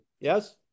Yes